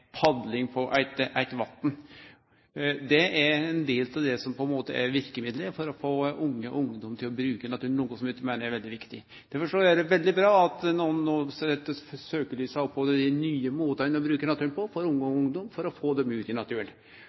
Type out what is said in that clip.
padling på eit vatn, kan vere eit verkemiddel for å få ungdom til å bruke naturen, noko som eg trur er veldig viktig. Derfor er det veldig bra at ein rettar søkjelyset mot dei nye måtane å bruke naturen på, for å få dei ut i naturen.